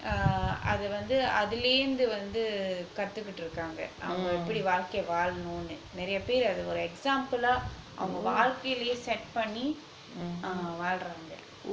ugh அதுவந்து அதிலிருந்து வந்து கத்துகிட்டு இருக்காங்க அவங்க எப்படி வாழ்க்கைய வாழ்னுனு நிறைய பேர் அத ஒரு:athuvanthu athilirunthu vanthu kathukittu irukkanga avanga eppadi vazhkaiya vazhnunu niraiya paer atha oru example ah அவங்க வாழ்க்கைலயே:avanga vazhkailayae set பண்ணி வாழ்றாங்க:panni vazhranga